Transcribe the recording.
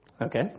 Okay